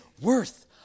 worth